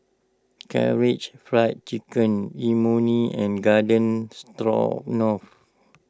Karaage Fried Chicken Imoni and Garden Stroganoff